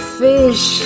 fish